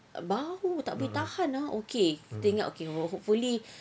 bau tak boleh tahan ah okay kita ingat okay oh hopefully